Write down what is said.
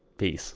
peace.